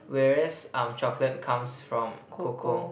whereas um chocolate comes from cocoa